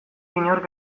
inork